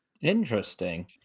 interesting